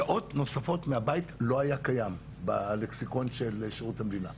שעות נוספות מהבית לא היה קיים בלקסיקון של שירות המדינה.